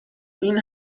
این